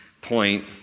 point